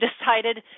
decided